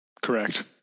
Correct